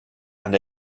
and